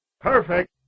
Perfect